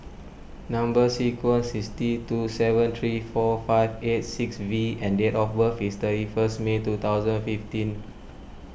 Number Sequence is T two seven three four five eight six V and date of birth is thirty first May two thousand fifteen